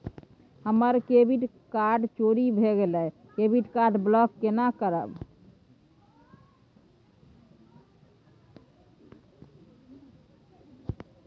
हमर debit card चोरी भगेलै डेबिट कार्ड ब्लॉक केना करब?